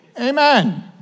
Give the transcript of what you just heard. amen